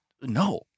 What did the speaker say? no